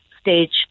stage